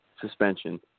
suspension